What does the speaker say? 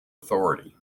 authority